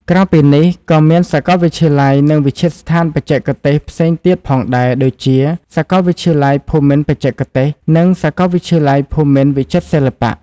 ក្រៅពីនេះ ក៏មានសាកលវិទ្យាល័យ និងវិទ្យាស្ថានបច្ចេកទេសផ្សេងទៀតផងដែរ ដូចជា សាកលវិទ្យាល័យភូមិន្ទបច្ចេកទេស និង សាកលវិទ្យាល័យភូមិន្ទវិចិត្រសិល្បៈ។